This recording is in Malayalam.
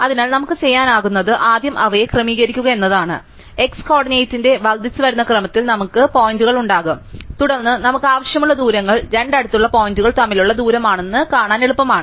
അതിനാൽ നമുക്ക് ചെയ്യാനാകുന്നത് ആദ്യം അവയെ ക്രമീകരിക്കുക എന്നതാണ് അതിനാൽ x കോർഡിനേറ്റിന്റെ വർദ്ധിച്ചുവരുന്ന ക്രമത്തിൽ നമുക്ക് പോയിന്റുകൾ ഉണ്ടാകും തുടർന്ന് നമുക്ക് ആവശ്യമുള്ള ദൂരങ്ങൾ രണ്ട് അടുത്തുള്ള പോയിന്റുകൾ തമ്മിലുള്ള ദൂരമാണെന്ന് കാണാൻ എളുപ്പമാണ്